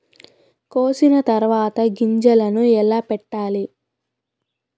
కోసిన తర్వాత గింజలను ఎలా పెట్టాలి